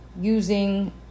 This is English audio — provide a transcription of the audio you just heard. using